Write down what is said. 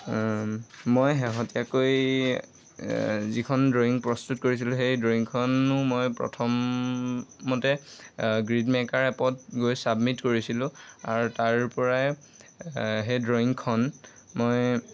মই শেহতীয়াকৈ যিখন ড্ৰয়িং প্ৰস্তুত কৰিছিলোঁ সেই ড্ৰয়িংখনো মই প্ৰথম মতে গ্ৰীড মেকাৰ এপত গৈ ছাবমিট কৰিছিলোঁ আৰু তাৰপৰাই সেই ড্ৰয়িংখন মই